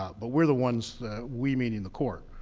but we're the ones that, we meaning the court,